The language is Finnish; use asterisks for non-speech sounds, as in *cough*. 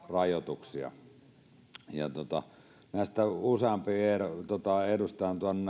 rajoituksia kun useampi edustaja on tuonut *unintelligible*